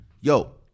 Yo